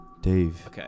Dave